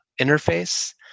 interface